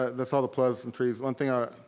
that's all the pleasantries. one thing i